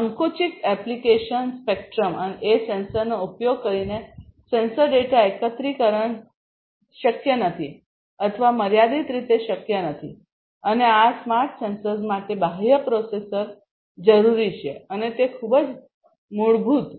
સંકુચિત application spectrum એ સેન્સરનો ઉપયોગ કરીને સેન્સર ડેટા એકત્રીકરણ શક્ય નથી અથવા મર્યાદિત રીતે શક્ય નથી અને આ સ્માર્ટ સેન્સર્સ માટે બાહ્ય પ્રોસેસર જરૂરી છે અને તે ખૂબ જ મૂળભૂત